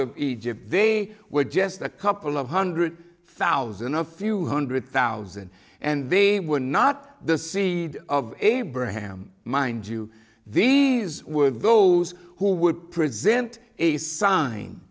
of egypt they were just a couple of hundred thousand a few hundred thousand and they were not the c of abraham mind you these were those who would present a sign